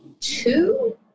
two